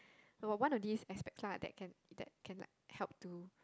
I would want of these aspects lah that can that can like help to